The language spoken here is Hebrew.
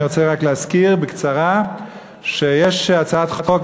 אני רוצה רק להזכיר בקצרה שיש הצעת חוק,